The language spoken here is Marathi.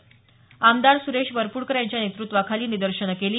परभणीत आमदार सुरेश वरपुडकर यांच्या नेतृत्वाखाली निदर्शनं केली